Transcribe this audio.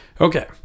Okay